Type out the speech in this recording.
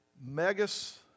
megas